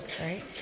right